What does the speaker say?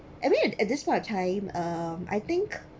I mean at this point of time um I think